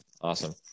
Awesome